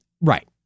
Right